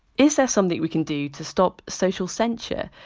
is there something we can do to stop social censure?